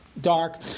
dark